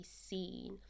seen